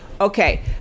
Okay